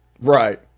Right